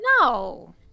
No